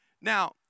Now